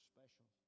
special